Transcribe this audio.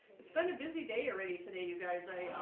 it's been a busy day already today. you guys i ah,